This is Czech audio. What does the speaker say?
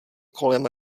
kolem